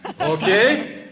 okay